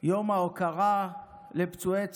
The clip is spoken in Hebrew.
יום ההוקרה לפצועי צה"ל,